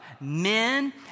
men